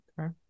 Okay